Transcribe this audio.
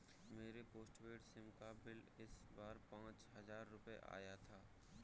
मेरे postpaid SIM का bill इस बार पाँच हजार रुपए आया था